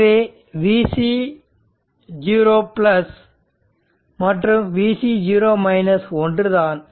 இங்கே Vc0 மற்றும் Vc ஒன்றுதான்